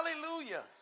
Hallelujah